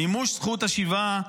מימוש זכות השיבה,